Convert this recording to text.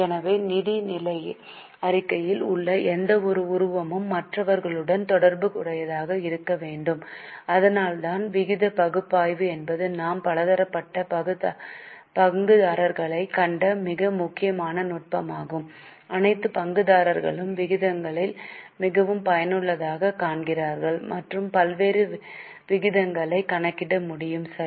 எனவே நிதிநிலை அறிக்கையில் உள்ள எந்தவொரு உருவமும் மற்றவர்களுடன் தொடர்புடையதாக இருக்க வேண்டும் அதனால்தான் விகித பகுப்பாய்வு என்பது நாம் பலதரப்பட்ட பங்குதாரர்களைக் கண்ட மிக முக்கியமான நுட்பமாகும் அனைத்து பங்குதாரர்களும் விகிதங்களை மிகவும் பயனுள்ளதாகக் காண்கிறார்கள் மற்றும் பல்வேறு விகிதங்களை கணக்கிட முடியும் சரி